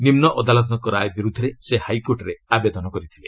ନିମ୍ନ ଅଦାଲତଙ୍କ ରାୟ ବିର୍ଦ୍ଧରେ ସେ ହାଇକୋର୍ଟରେ ଆବେଦନ କରିଥିଲେ